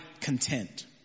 content